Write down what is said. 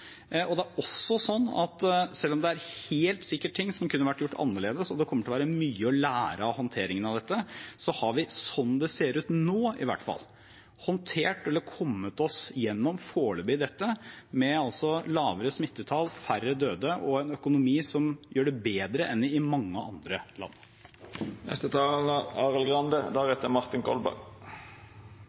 og det er også sånn at selv om det helt sikkert er ting som kunne vært gjort annerledes og det kommer til å være mye å lære av håndteringen av dette, har vi, slik det ser ut nå i hvert fall, håndtert eller kommet oss gjennom dette med lavere smittetall, færre døde og en økonomi som gjør det bedre enn i mange andre